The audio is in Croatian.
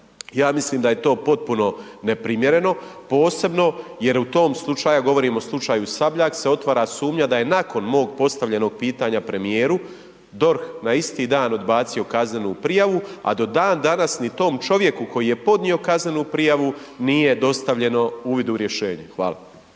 Ja mislim da je to potpuno neprimjereno, posebno jer u tom slučaju, govorim o slučaju Sabljak se otvara sumnja da je nakon mog postavljenog pitanja premijeru, DORH na isti dan odbacio kaznenu prijavu, a do dan danas ni tom čovjeku koji je podnio kaznenu prijavu nije dostavljeno uvid u rješenje. Hvala.